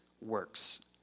works